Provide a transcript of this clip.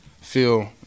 feel